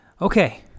Okay